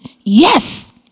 Yes